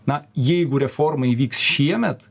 na jeigu reforma įvyks šiemet